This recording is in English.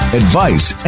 advice